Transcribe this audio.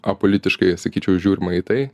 apolitiškai sakyčiau žiūrima į tai